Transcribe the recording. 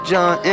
John